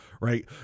right